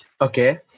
Okay